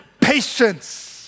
patience